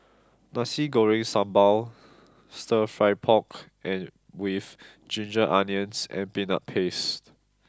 Nasi Goreng Sambal Stir Fry Pork with Ginger Onions and Peanut Paste